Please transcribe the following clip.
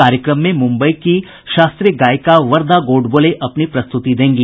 कार्यक्रम में मुम्बई की शास्त्रीय गायिका वरदा गोडबोले अपनी प्रस्तुति देंगी